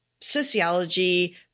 sociology